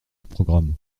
programme